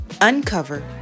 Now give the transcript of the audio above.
uncover